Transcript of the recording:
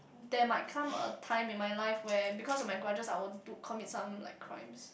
there might come a time in my life where because of my grudges I would to commit some like crimes